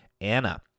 Anna